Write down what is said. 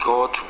God